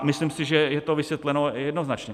Myslím si, že je to vysvětleno jednoznačně.